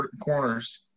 corners